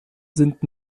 sind